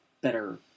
better